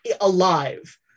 alive